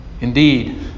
Indeed